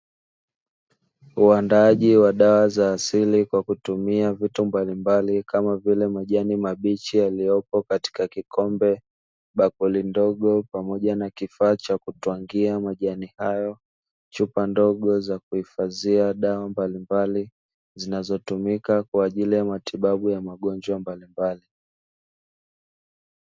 Uandaaji wa dawa za asili kwa kutumia vitu mbalimbali kama vile majani mabichi yaliyopo katika kikombe bakuli ndogo pamoja na kifaa cha kutwangia majani hayo chupa ndogo za kuhifadhia dawa mbalimbali zinazotumika kwa ajili ya matibabu ya magonjwa mbalimbali.